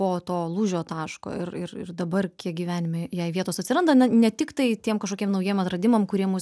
po to lūžio taško ir ir ir dabar kiek gyvenime jai vietos atsiranda na ne tiktai tiem kažkokiem naujiem atradimam kurie mus